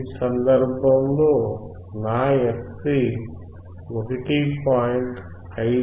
ఈ సందర్భంలో నా fc 1